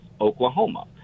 Oklahoma